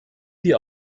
sie